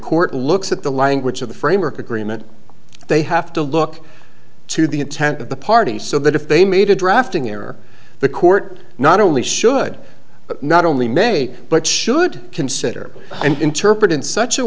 court looks at the language of the framework agreement they have to look to the intent of the parties so that if they made a drafting error the court not only should but not only may but should consider and interpret in such a